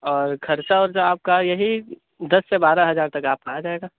اور خرچہ ورچہ آپ کا یہی دس سے بارہ ہزار تک آپ کا آ جائے گا